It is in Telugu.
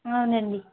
అవునండి